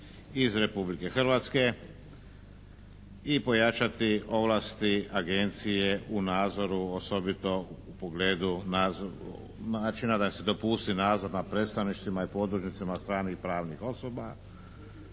iz Republike Hrvatske i pojačati ovlasti agencije u nadzoru osobito u pogledu načina da se dopusti nadzor nad predstavništvima i podružnicama stranih pravnih osoba